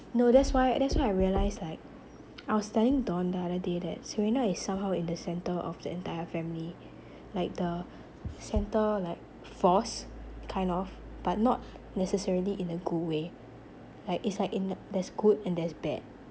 no that's why that's why I realised like I was telling dawn the other day that serena is somehow the centre of the entire family like the centre like force kind of but not necessarily in a good way like it's like in a there's good and there's bad